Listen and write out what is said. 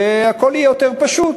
והכול יהיה יותר פשוט.